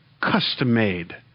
custom-made